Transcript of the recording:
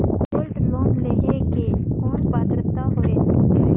Gold loan लेहे के कौन पात्रता होएल?